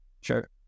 sure